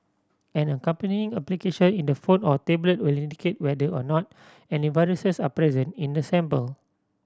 an accompanying application in the phone or tablet will indicate whether or not any viruses are present in the sample